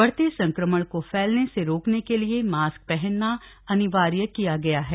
बढ़ते संक्रमण को फैलने से रोकने के लिए मास्क पहनना अनिवार्य किया गया है